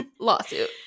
Lawsuit